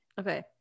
okay